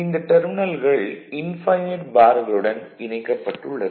இந்த டெர்மினல்கள் இன்ஃபைனைட் பார்களுடன் இணைக்கப்பட்டு உள்ளது